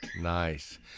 Nice